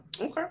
Okay